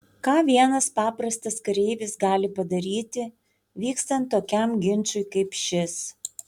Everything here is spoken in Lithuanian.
ką vienas paprastas kareivis gali padaryti vykstant tokiam ginčui kaip šis